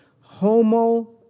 Homo